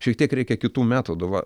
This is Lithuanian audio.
šiek tiek reikia kitų metodų va